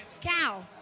cow